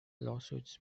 lawsuits